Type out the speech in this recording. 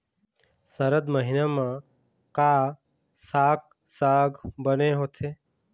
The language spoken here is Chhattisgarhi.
सरद महीना म का साक साग बने होथे?